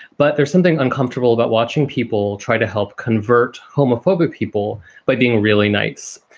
but there's something uncomfortable about watching people try to help convert homophobic people by being really nice,